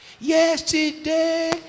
yesterday